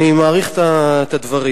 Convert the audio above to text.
אני מעריך את הדברים,